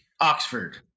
Oxford